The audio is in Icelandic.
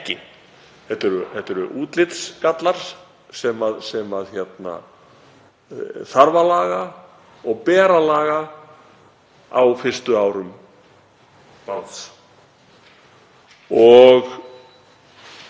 Þetta eru útlitsgallar sem þarf að laga og ber að laga á fyrstu árum